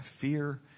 fear